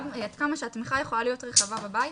גם עד כמה שהתמיכה יכולה להיות רחבה בבית,